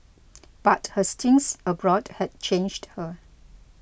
but her stints abroad had changed her